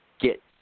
get